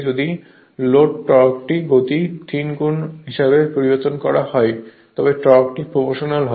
যদি লোড টর্কটি গতির 3 গুন হিসাবে পরিবর্তিত হয় তবে টর্কটি প্রপ্রোশনাল হয়